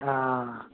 ஆ